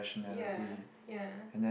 ya ya